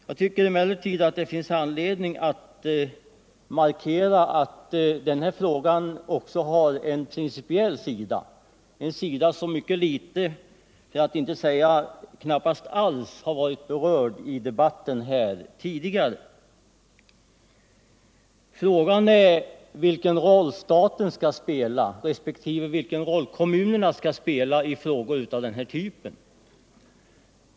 Jag tycker emellertid att det finns anledning att markera att frågan också har en principiell sida som mycket litet — eller knappast alls — har varit berörd i debatten här tidigare. Frågan gäller vilken roll staten skall spela, respektive vilken roll kommunerna skall spela i frågor av den här typen.